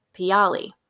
Piali